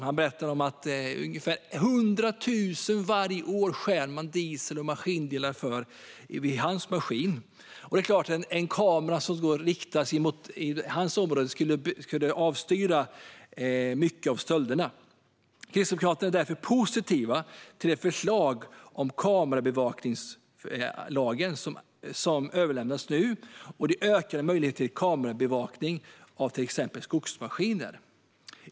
Han berättade att från hans maskin stjäls det diesel och maskindelar för 100 000 kronor varje år. Det är klart att en kamera riktad mot hans område skulle avstyra många av stölderna. Kristdemokraterna är därför positiva till det förslag om kamerabevakningslag som överlämnats och de ökade möjligheterna till kamerabevakning av till exempel skogsmaskiner.